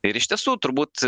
ir iš tiesų turbūt